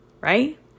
right